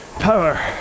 Power